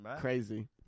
Crazy